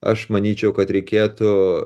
aš manyčiau kad reikėtų